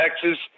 Texas